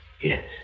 Yes